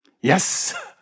Yes